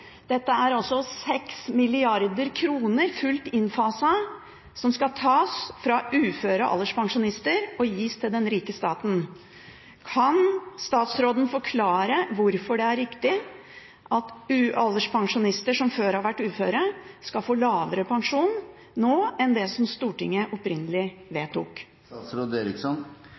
er altså 6 mrd. kr, fullt innfaset, som skal tas fra uføre alderspensjonister og gis til den rike staten. Kan statsråden forklare hvorfor det er riktig at alderspensjonister som før har vært uføre, skal få lavere pensjon nå enn det som Stortinget opprinnelig